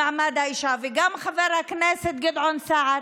למעמד האישה, וגם את חבר הכנסת גדעון סער,